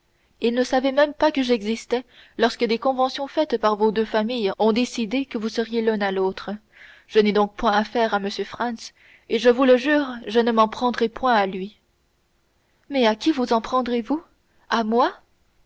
il ne savait même pas que j'existais lorsque des conventions faites par vos deux familles ont décidé que vous seriez l'un à l'autre je n'ai donc point affaire à m franz et je vous le jure je ne m'en prendrai point à lui mais à qui vous en prendrez-vous à moi